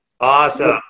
Awesome